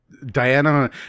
diana